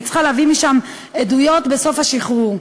והיא צריכה להביא משם עדויות בסוף השחרור.